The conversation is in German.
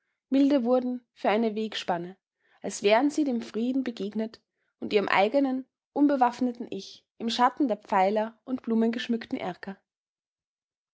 milde wurden für eine wegspanne als wären sie dem frieden begegnet und ihrem eigenen unbewaffneten ich im schatten der pfeiler und blumengeschmückten erker